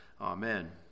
Amen